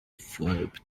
phoebe